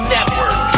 Network